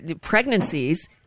pregnancies